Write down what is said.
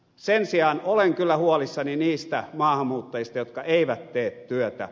sen sijaan olen kyllä huolissani niistä maahanmuuttajista jotka eivät tee työtä